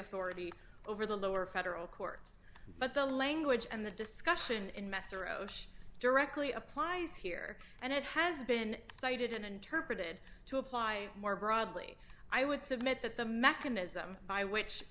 authority over the lower federal courts but the language and the discussion in mesereau directly applies here and it has been cited in interpreted to apply more broadly i would submit that the mechanism by which